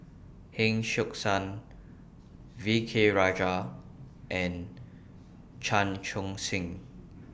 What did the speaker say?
Heng Siok San V K Rajah and Chan Chun Sing